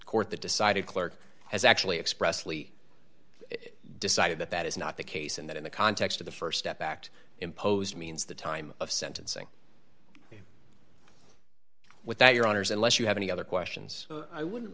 court that decided clarke has actually expressly decided that that is not the case and that in the context of the st step act imposed means the time of sentencing without your honors unless you have any other questions i would